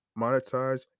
monetize